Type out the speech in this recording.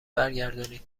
برگردانید